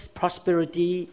prosperity